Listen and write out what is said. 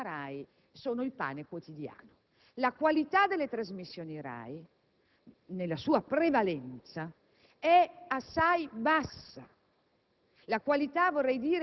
che ormai al suo interno rappresentano il pane quotidiano. La qualità delle trasmissioni RAI, nella sua prevalenza, è assai bassa